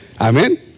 Amen